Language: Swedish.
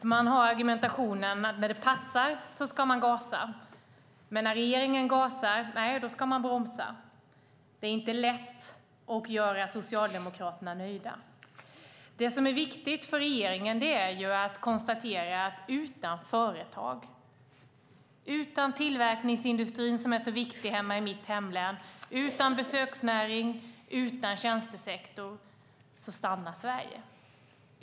Den argumentation man har är att när det passar ska man gasa, men när regeringen gasar då ska man bromsa. Det är inte lätt att göra Socialdemokraterna nöjda. Viktigt för regeringen är att konstatera att utan företag, utan tillverkningsindustri, som är så viktig i mitt hemlän, utan besöksnäring, utan tjänstesektor stannar Sverige.